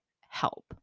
help